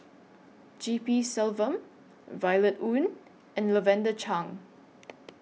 G P Selvam Violet Oon and Lavender Chang